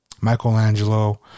Michelangelo